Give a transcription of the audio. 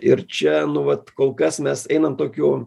ir čia nu vat kol kas mes einam tokiu